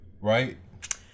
right